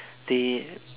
they